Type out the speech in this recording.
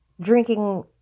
drinking